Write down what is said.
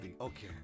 Okay